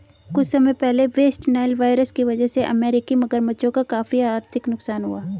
कुछ समय पहले वेस्ट नाइल वायरस की वजह से अमेरिकी मगरमच्छों का काफी आर्थिक नुकसान हुआ